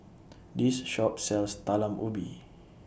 This Shop sells Talam Ubi